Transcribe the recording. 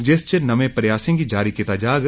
जिस च नमें प्रयासें गी जारी कीता जाग